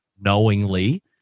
knowingly